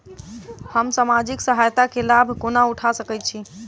हम सामाजिक सहायता केँ लाभ कोना उठा सकै छी?